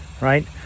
Right